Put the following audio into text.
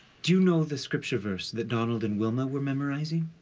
do you know the scripture verse that donald and wilma were memorizing?